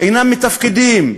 אינם מתפקדים.